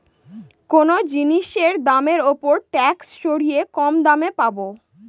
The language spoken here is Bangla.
কোনো জিনিসের দামের ওপর ট্যাক্স সরিয়ে কম দামে পাবো